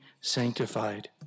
sanctified